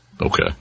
Okay